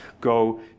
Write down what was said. go